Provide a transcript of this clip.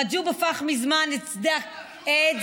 רג'וב הפך מזמן, מי זה הרג'וב הזה בכלל?